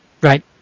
Right